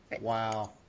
Wow